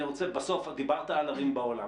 דיברת על ערים בעולם.